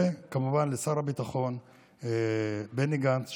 וכמובן לשר הביטחון בני גנץ,